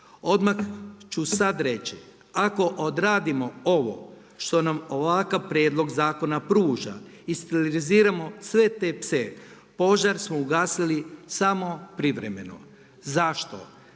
Odmah ću sada reći, ako odradimo ovo što nam ovakav prijedlog zakona pruža i steriliziramo sve te pse požar smo ugasili samo privremeno. Zašto?